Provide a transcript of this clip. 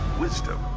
wisdom